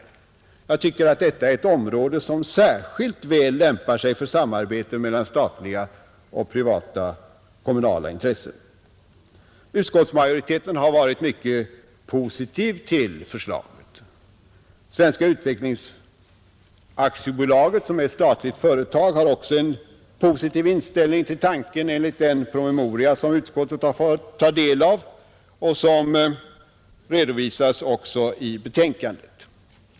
Jag tycker att detta är ett område som lämpar sig särskilt väl för samarbete mellan statliga, privata och kommunala intressen. Utskottsmajoriteten har varit mycket positiv till förslaget. Svenska utvecklings AB — ett statligt företag — har också en positiv inställning till tanken, enligt den promemoria som utskottet har fått ta del av och som även redovisas i utskottets betänkande.